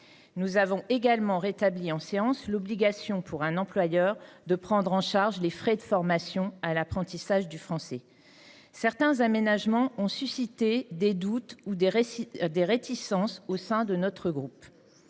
Nous avons également rétabli en séance l’obligation pour un employeur de prendre en charge les frais relatifs à l’apprentissage du français. Certains aménagements ont suscité des doutes ou des réticences au sein de notre groupe.